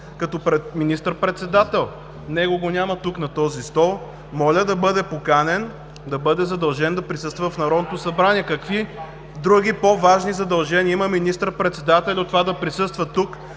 Като министър-председател него го няма тук, на този стол. Моля да бъде поканен, да бъде задължен да присъства в Народното събрание. Какви други по-важни задължения има министър-председателят от това да присъства тук,